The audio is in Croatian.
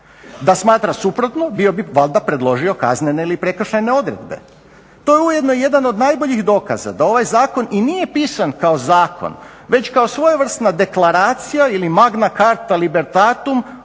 Da smatra suprotno bio bi valjda predložio kaznene ili prekršajne odredbe. To je ujedno i jedan od najboljih dokaza da ovaj Zakon i nije pisan kao zakon već kao svojevrsna deklaracija ili magma carta libertatum